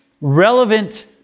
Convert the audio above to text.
relevant